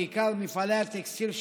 בעיקר מפעלי הטקסטיל,